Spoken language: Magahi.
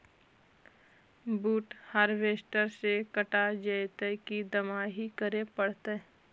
बुट हारबेसटर से कटा जितै कि दमाहि करे पडतै?